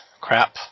crap